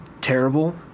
terrible